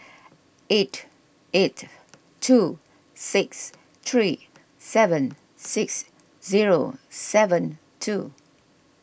eight eight two six three seven six zero seven two